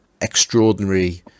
extraordinary